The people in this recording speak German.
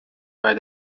bei